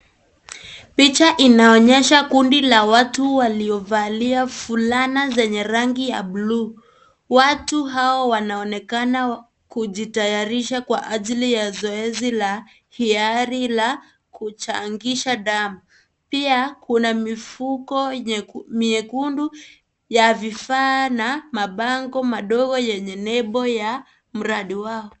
Picha ianonyesha kundi la watu waliovalia fulana zenye rangi ya buluu, watu hao wanaonekana kijitayarisha kwa ajili ya zoezi la hiliari la kuchangisha damu pia kuna mifuko mwekundu ya vifaa na mabango madogo modogo yenye nembo ya mradi wao.